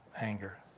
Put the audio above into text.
Anger